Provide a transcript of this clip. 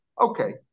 Okay